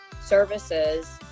services